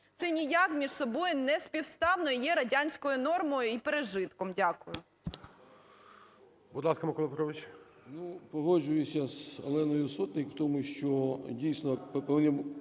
Це ніяк між собою не співставно і є радянською нормою і пережитком. Дякую.